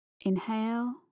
Inhale